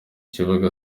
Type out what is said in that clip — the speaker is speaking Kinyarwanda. kibuga